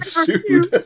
sued